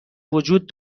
وجود